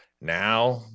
now